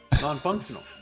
non-functional